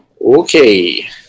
Okay